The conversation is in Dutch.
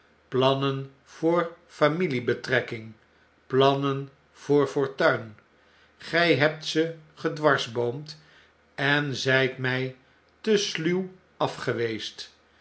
plannen voor familiebetrekking plannen voor fortuin gy hebt ze gedwarsboomd en zyt mij te sluw afgeweest